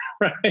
right